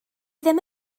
ddim